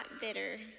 bitter